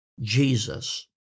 Jesus